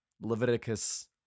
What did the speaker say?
Leviticus